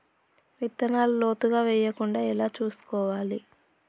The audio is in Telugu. విత్తనాలు లోతుగా వెయ్యకుండా ఎలా చూసుకోవాలి?